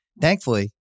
Thankfully